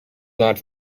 not